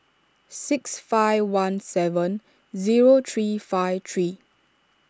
six five one seven zero three five three